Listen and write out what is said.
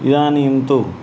इदानीं तु